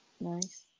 Nice